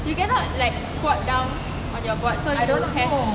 you cannot like squat down on your board so you will have